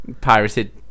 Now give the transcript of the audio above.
Pirated